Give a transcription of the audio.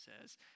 says